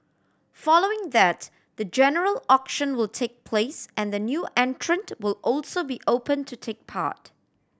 following that the general auction will take place and the new entrant will also be open to take part